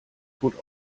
tot